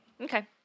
Okay